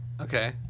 okay